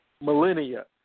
millennia